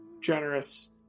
generous